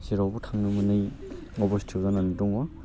जेरावबो थांनो मोनै अब'स्था जानानै दङ